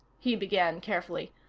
he began carefully,